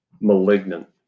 malignant